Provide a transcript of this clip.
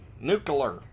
Nuclear